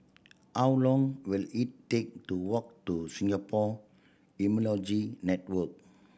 how long will it take to walk to Singapore Immunology Network